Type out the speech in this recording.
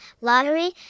lottery